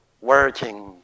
Working